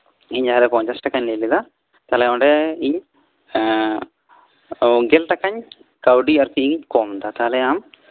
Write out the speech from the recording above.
ᱤᱧ ᱟᱨᱚ ᱯᱚᱧᱪᱟᱥ ᱴᱟᱠᱟᱧ ᱞᱟᱹᱭ ᱞᱮᱫᱟ ᱛᱟᱦᱚᱞᱮ ᱚᱸᱰᱮ ᱤᱧ ᱜᱮᱞ ᱴᱟᱠᱟᱧ ᱠᱟᱹᱣᱰᱤ ᱟᱨᱠᱤ ᱠᱚᱢ ᱫᱟ ᱛᱟᱦᱞᱮ ᱟᱢ